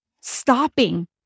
stopping